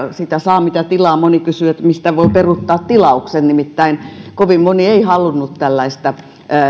sitä saa mitä tilaa moni kysyy mistä voi peruuttaa tilauksen nimittäin kovin moni ei halunnut tällaista